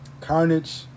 carnage